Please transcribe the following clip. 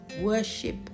worship